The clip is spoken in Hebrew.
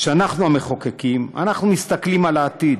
אנחנו המחוקקים מסתכלים על העתיד,